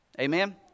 Amen